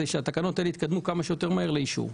זה שהתקנות האלה יתקדמו כמה שיותר מהר לאישור.